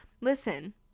Listen